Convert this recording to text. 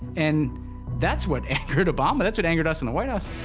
and that's what angered obama, that's what angered us in the white house.